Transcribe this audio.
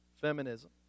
feminism